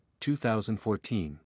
2014